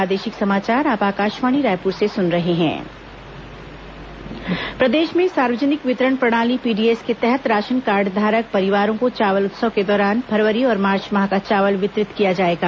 PDS चावल आवंटित प्रदेश में सार्वजनिक वितरण प्रणाली पीडीएस के तहत राशन कार्डधारक परिवारों को चावल उत्सव के दौरान फरवरी और मार्च माह का चावल वितरित किया जाएगा